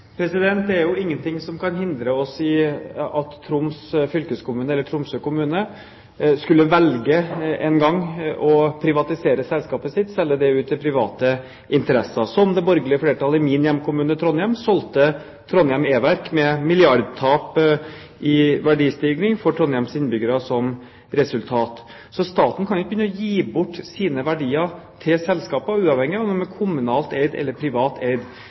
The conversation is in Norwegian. Det er ingenting som kan hindre at Troms fylkeskommune eller Tromsø kommune en gang skulle velge å privatisere selskapet sitt, selge det ut til private interesser, slik det borgerlige flertallet i min hjemkommune, Trondheim, solgte Trondheim Energiverk med milliardtap i verdistigning for Trondheims innbyggere som resultat. Staten kan ikke begynne å gi bort sine verdier til selskaper uavhengig om de er kommunalt eid eller privat eid.